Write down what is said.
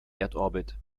erdorbit